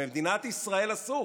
במדינת ישראל, אסור.